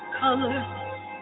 color